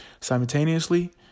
simultaneously